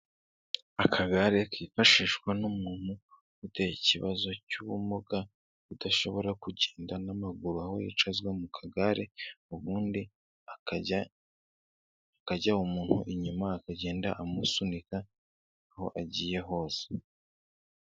Akagare kifashishwa n'umuntu, ufite ikibazo cy'ubumuga, udashobora kugenda n'amaguru aho yicazwa mu kagare, ubundi hakajya umuntu inyuma akagenda amusunika, aho agiye hose.